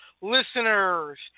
listeners